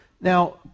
Now